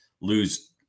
lose